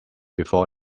before